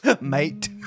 Mate